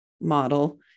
model